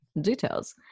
Details